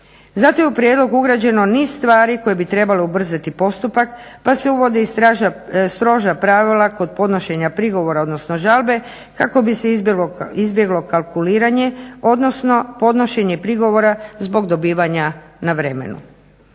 Zatim je u prijedlog ugrađeno niz stvari koje bi trebalo ubrzati postupak pa se uvodi i stroža pravila kod podnošenja prigovora odnosno žalbe kako bi se izbjeglo kalkuliranje odnosno podnošenje prigovora zbog dobivanja na vremenu.